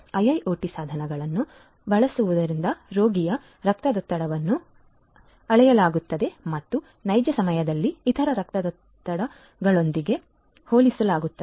IIoT ಸಾಧನಗಳನ್ನು ಬಳಸುವುದರಿಂದ ರೋಗಿಯ ರಕ್ತದೊತ್ತಡವನ್ನು ಅಳೆಯಲಾಗುತ್ತದೆ ಮತ್ತು ನೈಜ ಸಮಯದಲ್ಲಿ ಇತರ ರಕ್ತದೊತ್ತಡಗಳೊಂದಿಗೆ ಹೋಲಿಸಲಾಗುತ್ತದೆ